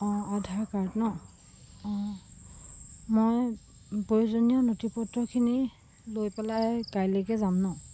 অঁ আধাৰ কাৰ্ড নহ্ অঁ মই প্ৰয়োজনীয় নথি পত্ৰখিনি লৈ পেলাই কাইলৈকে যাম নহ্